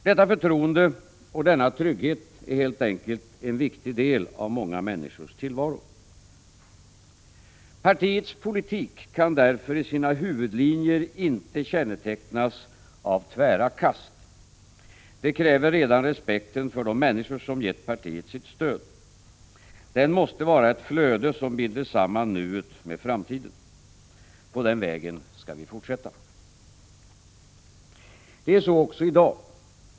Detta förtroende och denna trygghet är helt enkelt en viktig del av många människors tillvaro. Partiets politik kan därför i sina huvudlinjer inte kännetecknas av tvära kast. Det kräver redan respekten för de människor som givit partiet sitt stöd. Den måste vara ett flöde som binder samman nuet med framtiden. På den vägen ska vi fortsätta.” Det är så också i dag.